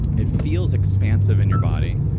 it feels expansive in your body,